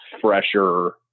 fresher